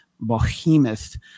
behemoth